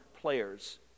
players